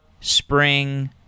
Spring